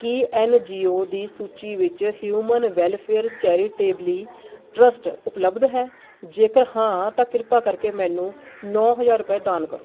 ਕੀ NGO ਦੀ ਸੂਚੀ ਵਿੱਚ ਹਿਊਮਨ ਵੈਲਫ਼ੇਅਰ ਚੈਰੀਟੇਬਲੀ ਟਰੱਸਟ ਉਪਲੱਬਧ ਹੈ ਜੇਕਰ ਹਾਂ ਤਾਂ ਕਿਰਪਾ ਕਰਕੇ ਮੈਨੂੰ ਨੌ ਹਜ਼ਾਰ ਰੁਪਏ ਦਾਨ ਕਰੋ